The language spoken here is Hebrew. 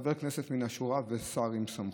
חבר כנסת מהשורה ושר עם סמכות.